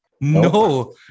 No